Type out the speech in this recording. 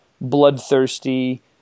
bloodthirsty